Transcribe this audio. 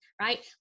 right